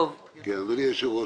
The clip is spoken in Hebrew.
אדוני היושב ראש,